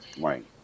right